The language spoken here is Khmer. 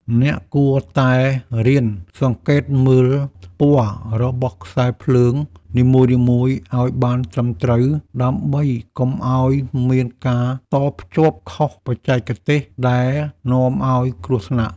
អ្នកគួរតែរៀនសង្កេតមើលពណ៌របស់ខ្សែភ្លើងនីមួយៗឱ្យបានត្រឹមត្រូវ ដើម្បីកុំឱ្យមានការតភ្ជាប់ខុសបច្ចេកទេសដែលនាំឱ្យគ្រោះថ្នាក់។